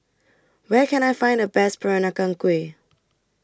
Where Can I Find The Best Peranakan Kueh